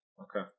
Okay